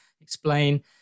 explain